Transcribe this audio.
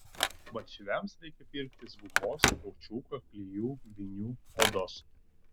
batsiuviams reikia pirktis gumos kaučiuko klijų vinių odos